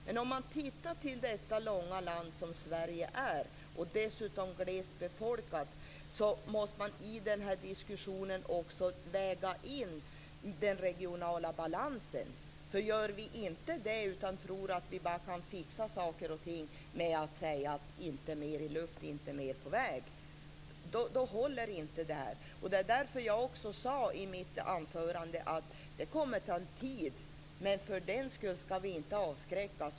Men om man tittar på detta långa land - som Sverige ju är - och dessutom ser på hur glest befolkat det är, så måste man i den här diskussionen också väga in den regionala balansen. Gör vi inte det utan tror att vi bara kan fixa saker och ting med att säga: Inte mer i luften och inte mer på väg, då håller det inte. Det var därför jag också sade i mitt anförande att det kommer att ta tid. Men för den sakens skull skall vi inte avskräckas.